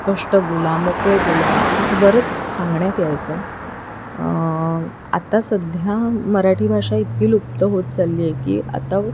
स्पष्ट बोला मोकळे बोला असं बरंच सांगण्यात यायचं आता सध्या मराठी भाषा इतकी लुप्त होत चालली आहे की आता